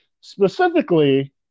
Specifically